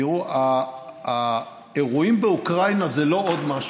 תראו, האירועים באוקראינה זה לא עוד משהו,